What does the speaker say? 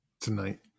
tonight